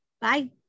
Bye